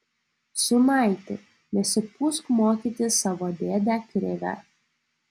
sūnaiti nesipūsk mokyti savo dėdę krivę